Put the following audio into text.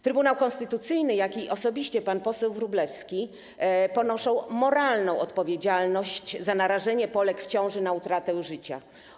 Trybunał Konstytucyjny i osobiście pan poseł Wróblewski ponoszą moralną odpowiedzialność za narażenie Polek w ciąży na utratę życia.